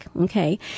Okay